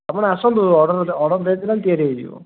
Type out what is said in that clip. ଆପଣ ଆସନ୍ତୁ order order ଦେଇଦେଲେ ତିଆରି ହେଇଯିବ